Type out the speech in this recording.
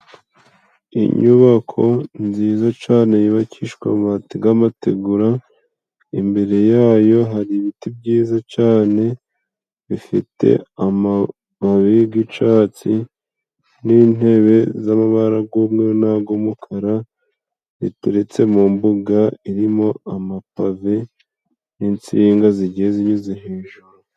Inyubako nziza cane yubakishwa amabati g' amategura, imbere yayo hari ibiti byiza cane bifite amababi g'icatsi, n'intebe z'amabara g'umweru n'ag'umukara riteretse mu mbuga irimo amapave n'insinga zigiye zinyuze hejuru.